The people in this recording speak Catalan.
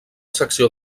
secció